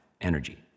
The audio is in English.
energy